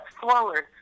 forward